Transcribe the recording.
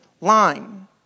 line